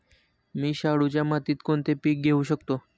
मी शाडूच्या मातीत कोणते पीक घेवू शकतो?